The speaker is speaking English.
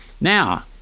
Now